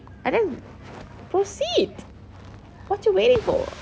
ah then proceed what you waiting for